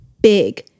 big